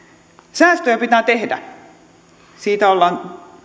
säästöjä pitää tehdä siitä ollaan